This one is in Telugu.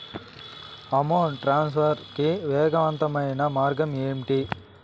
అమౌంట్ ట్రాన్స్ఫర్ కి వేగవంతమైన మార్గం ఏంటి